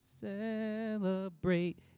Celebrate